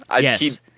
Yes